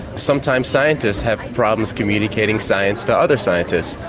sometimes scientists have problems communicating science to other scientists,